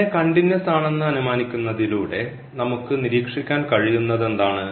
ഇങ്ങനെ കണ്ടിന്യൂസ് ആണെന്ന് അനുമാനിക്കുന്നതിലൂടെ നമുക്ക് നിരീക്ഷിക്കാൻ കഴിയുന്നത് എന്താണ്